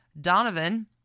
Donovan